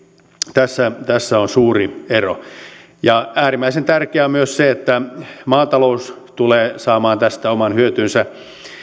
tässä tässä on suuri ero ja äärimmäisen tärkeää on myös se että maatalous tulee saamaan tästä oman hyötynsä